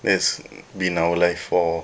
that's been our life for